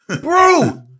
bro